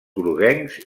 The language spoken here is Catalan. groguencs